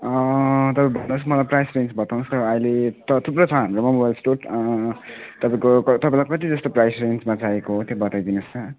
तपाईँ भन्नुहोस् मलाई प्राइस रेन्ज बताउनहोस् न अहिले त थुप्रै छ हाम्रोमा वाइड स्टोर तपाईँको तपाईँलाई कति जस्तो प्राइस रेन्जमा चाहिएको त्यो बताइदिनु होस् न